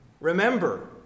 remember